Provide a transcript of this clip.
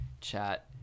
chat